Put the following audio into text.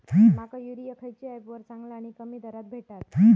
माका युरिया खयच्या ऍपवर चांगला आणि कमी दरात भेटात?